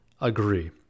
agree